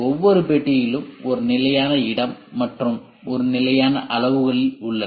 ஒவ்வொரு பெட்டியிலும் ஒரு நிலையான இடம் மற்றும் ஒரு நிலையான அளவுகளில் உள்ளன